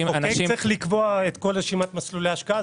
המחוקק צריך לקבוע את כל רשימת מסלולי ההשקעה?